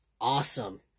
Awesome